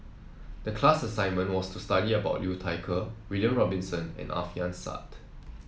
the class assignment was to study about Liu Thai Ker William Robinson and Alfian Sa'at